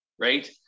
right